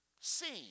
seen